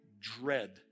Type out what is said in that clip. dread